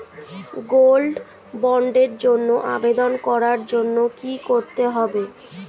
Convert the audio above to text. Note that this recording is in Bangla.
গোল্ড বন্ডের জন্য আবেদন করার জন্য কি করতে হবে?